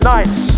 Nice